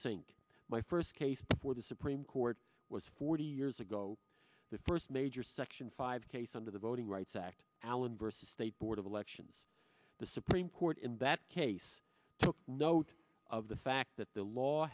sync my first case before the supreme court was forty years ago the first major section five case under the voting rights act allen versus state board of elections the supreme court in that case took note of the fact that the law